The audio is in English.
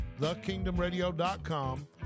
thekingdomradio.com